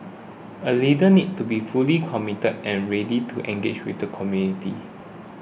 a leader needs to be fully committed and ready to engage with the community